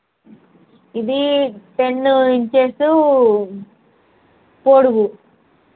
ఇది ten inches పొడవు